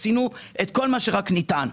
עשינו את כל מה שרק ניתן.